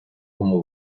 como